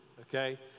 Okay